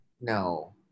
no